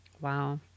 Wow